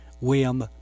William